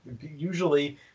usually